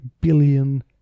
billion